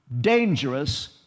dangerous